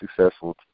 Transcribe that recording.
successful